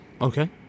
Okay